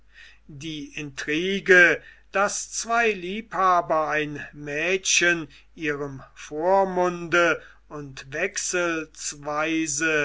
die intrige daß zwei liebhaber ein mädchen ihrem vormunde und